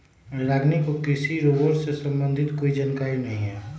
रागिनी को कृषि रोबोट से संबंधित कोई जानकारी नहीं है